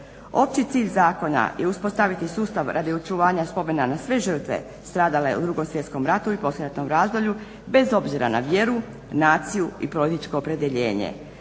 Opći cilj zakona je uspostaviti sustav radi očuvanja spomena na sve žrtve stradale u Drugom svjetskom ratu i poslijeratnom razdoblju bez obzira na vjeru, naciju i političko opredjeljenje.